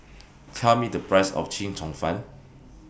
Tell Me The Price of Chee Cheong Fun